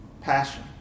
passion